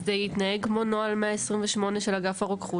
זה יתנהג כמו נוהל 128 של אגף הרוקחות,